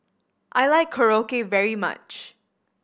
I like Korokke very much